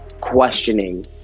questioning